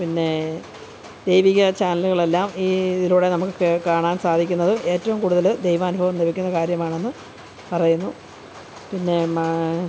പിന്നെ ദൈവീക ചാനലുകളെല്ലാം ഈ ഇതിലൂടെ നമുക്ക് കാണാൻ സാധിക്കുന്നത് ഏറ്റവും കൂടുതൽ ദൈവാനുഭവം ലഭിക്കുന്ന കാര്യമാണെന്ന് പറയുന്നു പിന്നെ മാ